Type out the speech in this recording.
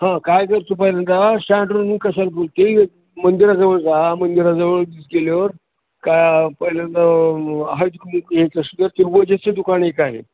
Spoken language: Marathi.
हा काय कर तर पहिल्यांदा स्टँडवरून कशाल बोलतो आहे मंदिराजवळ मंदिराजवळच गेल्यावर काय पहिल्यांदा हज हे दुकान एक आहे